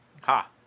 Ha